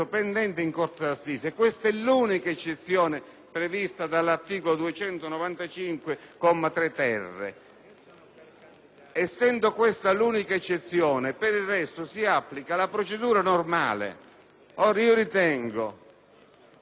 prevista dall'articolo 295, comma 3-*ter*. Essendo questa l'unica eccezione, per il resto si applica la procedura normale. Ora, io ritengo che restituire gli atti